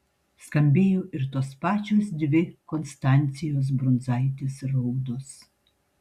skambėjo ir tos pačios dvi konstancijos brundzaitės raudos